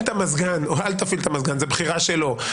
את המזגן או אל תפעיל את המזגן זה בחירה שלו,